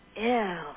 Ew